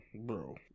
bro